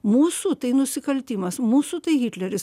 mūsų tai nusikaltimas mūsų tai hitleris